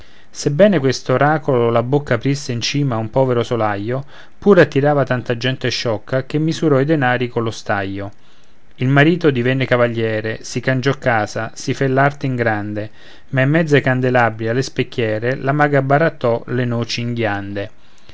gente per oracolo sebbene quest'oracolo la bocca aprisse in cima a un povero solaio pure attirava tanta gente sciocca che misurò i denari collo staio il marito divenne cavaliere si cangiò casa si fe l'arte in grande ma in mezzo ai candelabri alle specchiere la maga barattò le noci in ghiande